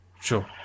Sure